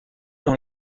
dans